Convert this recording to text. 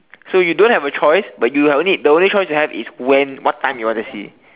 so you don't have a choice but you are only the only choice you have is when what time you wanna see